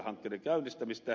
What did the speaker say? hankkeiden käynnistämistä